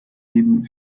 leben